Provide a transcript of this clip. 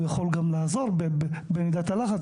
הוא יכול לעזור במידת הלחץ,